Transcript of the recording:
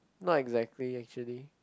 not exactly actually